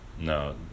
no